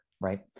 right